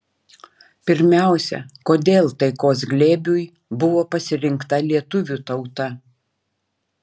pirmiausia kodėl taikos glėbiui buvo pasirinkta lietuvių tauta